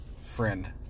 friend